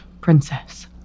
Princess